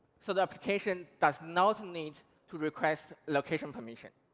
so the application does not need to request location permission.